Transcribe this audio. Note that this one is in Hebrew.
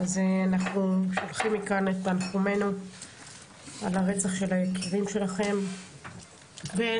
אנחנו שולחים מכאן את תנחומינו על הרצח של היקירים שלכם ובהזדמנות